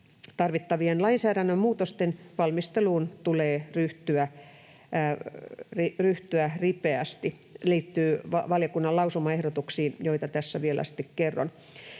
Tarvittavien lainsäädännön muutosten valmisteluun tulee ryhtyä ripeästi” — liittyy valiokunnan lausumaehdotuksiin, joita tässä vielä sitten